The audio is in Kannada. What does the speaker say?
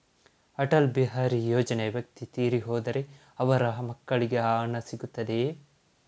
ಅಟಲ್ ಬಿಹಾರಿ ಯೋಜನೆಯ ವ್ಯಕ್ತಿ ತೀರಿ ಹೋದರೆ ಅವರ ಮಕ್ಕಳಿಗೆ ಆ ಹಣ ಸಿಗುತ್ತದೆಯೇ?